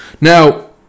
Now